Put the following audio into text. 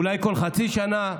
אולי כל חצי שנה,